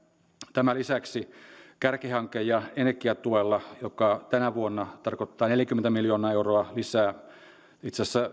tämän lisäksi kärkihanke ja energiatuella joka tänä vuonna tarkoittaa neljääkymmentä miljoonaa euroa lisää itse asiassa